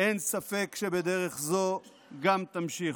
אין ספק שבדרך זו גם תמשיכו.